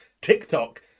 TikTok